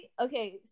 okay